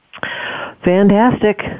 fantastic